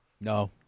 No